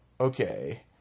okay